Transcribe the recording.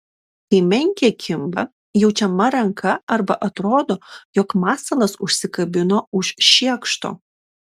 kai menkė kimba jaučiama ranka arba atrodo jog masalas užsikabino už šiekšto